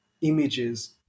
images